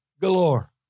galore